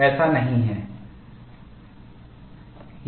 ऐसा नहीँ हैं